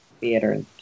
theater